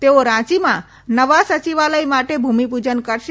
તથા રાંચીમાં નવા સચિવાલય માટે ભૂમિપૂજન કરશે